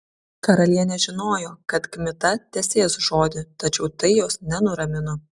karalienė žinojo kad kmita tesės žodį tačiau tai jos nenuramino